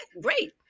great